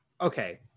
Okay